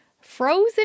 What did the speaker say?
frozen